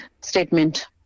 statement